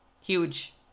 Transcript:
huge